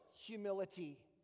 humility